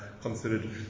considered